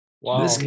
Wow